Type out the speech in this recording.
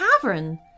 cavern